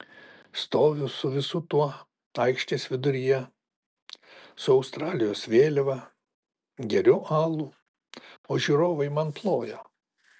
stoviu su visu tuo aikštės viduryje su australijos vėliava geriu alų o žiūrovai man ploja